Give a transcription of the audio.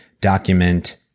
document